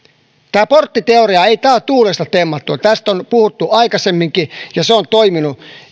ei tämä porttiteoria ole tuulesta temmattu tästä on puhuttu aikaisemminkin ja se on toiminut